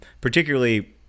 particularly